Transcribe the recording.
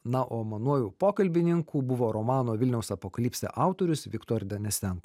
na o manuoju pokalbininku buvo romano vilniaus apokalipsė autorius viktor denesenko